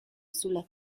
sulla